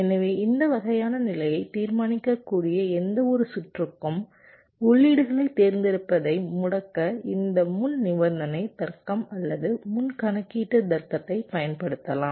எனவே இந்த வகையான நிலையை தீர்மானிக்கக்கூடிய எந்தவொரு சுற்றுக்கும் உள்ளீடுகளைத் தேர்ந்தெடுப்பதை முடக்க இந்த முன் நிபந்தனை தர்க்கம் அல்லது முன் கணக்கீட்டு தர்க்கத்தைப் பயன்படுத்தலாம்